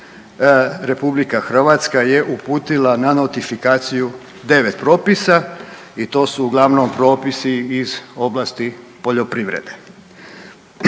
godine RH je uputila na notifikaciju 9 propisa i to su uglavnom propisi iz oblasti poljoprivredne.